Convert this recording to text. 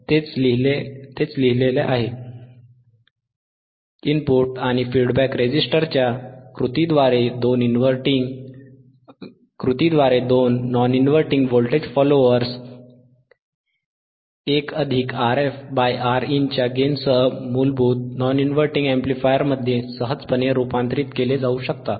तेच लिहिले आहे इनपुट आणि फीडबॅक रेझिस्टरच्या कृतीद्वारे दोन non inverting voltage followers 1 RfRin च्या गेनसह मूलभूत नॉन इनव्हर्टिंग अॅम्प्लिफायरमध्ये सहजपणे रूपांतरित केले जाऊ शकतात